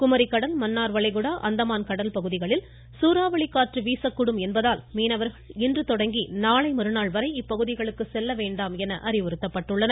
குமரிக்கடல் மன்னார் வளைகுடா அந்தமான கடல்பகுதிகளில் சூறாவளி காற்று வீசக்கூடும் என்பதால் மீனவர்கள் இன்று தொடங்கி நாளை மறுநாள் வரை இப்பகுதிகளுக்கு செல்ல வேண்டாம் என அறிவுறுத்தப்படுகிறார்கள்